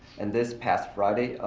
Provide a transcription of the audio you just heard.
and this past friday,